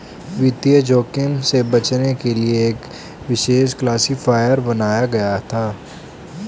वित्तीय जोखिम से बचने के लिए एक विशेष क्लासिफ़ायर बनाया गया था